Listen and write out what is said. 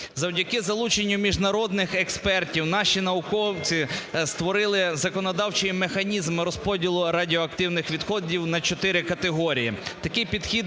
Завдяки залученню міжнародних експертів наші науковці створили законодавчий механізм розподілу радіоактивних відходів на чотири категорії.